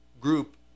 group